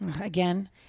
Again